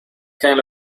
kind